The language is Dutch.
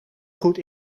goed